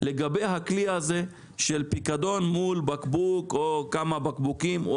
לגבי הכלי הזה של פיקדון מול בקבוק או כמה בקבוקים.